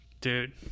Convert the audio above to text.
Dude